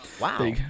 wow